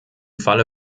falle